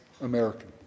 American